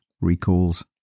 recalls